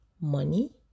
money